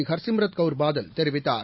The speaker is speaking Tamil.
ஹர்சிம்ரத் கவுர் பாதல் தெரிவித்தார்